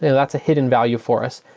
that's a hidden value for us.